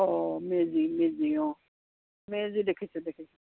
অঁ মেজি মেজি অঁ মেজি দেখিছোঁ দেখিছোঁ